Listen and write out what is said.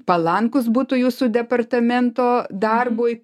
palankūs būtų jūsų departamento darbui